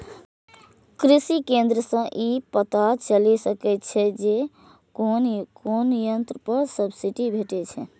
कृषि केंद्र सं ई पता चलि सकै छै जे कोन कोन यंत्र पर सब्सिडी भेटै छै